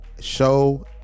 Show